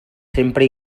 sempre